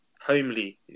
homely